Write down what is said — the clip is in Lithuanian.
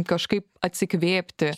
kažkaip atsikvėpti